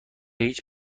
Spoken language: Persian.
هیچ